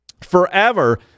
forever